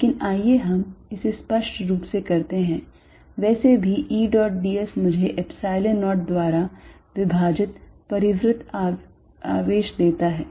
लेकिन आइए हम इसे स्पष्ट रूप से करते हैं वैसे भी E dot ds मुझे Epsilon 0 द्वारा विभाजित परिवृत्त आवेश देता है